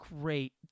great